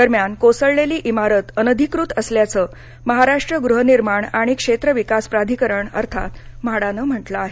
दरम्यान कोसळलेली इमारत अनधिकृत असल्याच महाराष्ट्र गुहनिर्माण आणि क्षेत्र विकास प्राधिकरण अर्थात म्हाडानं म्हटलं आहे